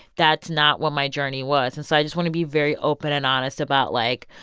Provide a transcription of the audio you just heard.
that's not what my journey was. and so i just want to be very open and honest about, like,